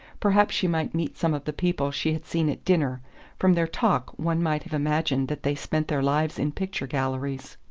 perhaps she might meet some of the people she had seen at dinner from their talk one might have imagined that they spent their lives in picture-galleries.